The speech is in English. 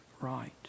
right